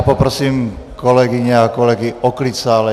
Poprosím kolegyně a kolegy o klid v sále.